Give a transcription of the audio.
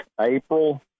April